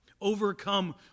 Overcome